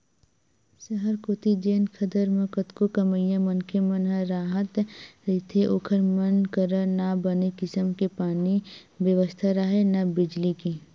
सहर कोती जेन खदर म कतको कमइया मनखे मन ह राहत रहिथे ओखर मन करा न बने किसम के पानी के बेवस्था राहय, न बिजली के